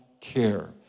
care